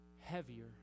heavier